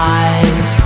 eyes